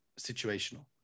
situational